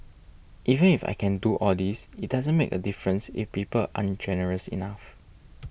even if I can do all this it doesn't make a difference if people aren't generous enough